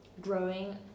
growing